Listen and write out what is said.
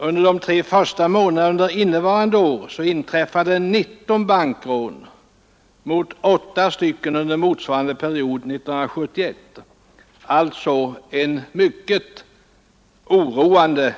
Under de tre första månaderna av innevarande år inträffade 19 bankrån mot 8 under motsvarande period 1971. Utvecklingen är alltså mycket oroande.